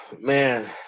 man